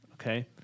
Okay